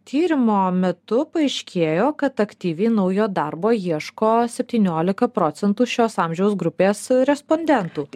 tyrimo metu paaiškėjo kad aktyviai naujo darbo ieško septyniolika procentų šios amžiaus grupės respondentų